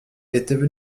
étaient